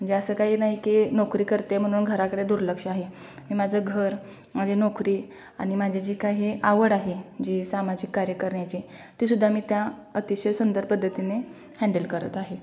म्हणजे असं काही नाही की नोकरी करते म्हणून घराकडे दुर्लक्ष आहे मी माझं घर माझी नोकरी आणि माझी जे काही आवड आहे जी सामाजिक कार्य करण्याची तीसुद्धा मी त्या अतिशय सुंदर पद्धतीने हॅन्डल करत आहे